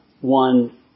One